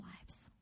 lives